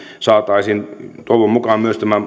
saataisiin myös toivon mukaan